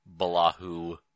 Balahu